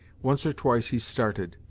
once or twice he started,